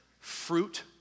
fruit